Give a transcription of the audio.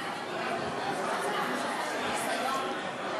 ההצעה להפוך